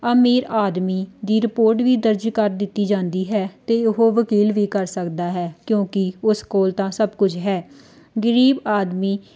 ਅਮੀਰ ਆਦਮੀ ਦੀ ਰਿਪੋਰਟ ਵੀ ਦਰਜ ਕਰ ਦਿੱਤੀ ਜਾਂਦੀ ਹੈ ਅਤੇ ਉਹ ਵਕੀਲ ਵੀ ਕਰ ਸਕਦਾ ਹੈ ਕਿਉਂਕਿ ਉਸ ਕੋਲ ਤਾਂ ਸਭ ਕੁਝ ਹੈ ਗਰੀਬ ਆਦਮੀ